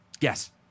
Yes